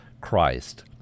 Christ